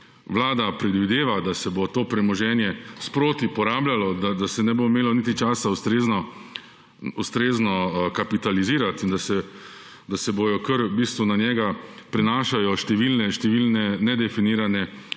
Vlada predvideva, da se bo to premoženje sproti porabljalo, da se ne bo imelo niti časa ustrezno kapitalizirati in da se nanj v bistvu kar prenašajo številne nedefinirane